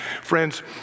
Friends